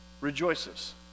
rejoices